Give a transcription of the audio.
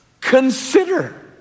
consider